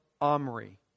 Omri